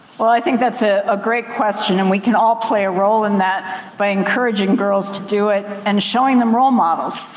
well, i think that's ah a great question. and we can all play a role in that by encouraging girls to do it, and showing them role models.